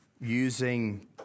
using